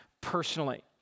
personally